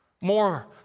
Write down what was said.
more